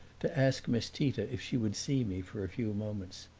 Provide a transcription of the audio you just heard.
to ask miss tita if she would see me for a few moments.